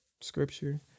scripture